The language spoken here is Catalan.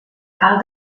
cal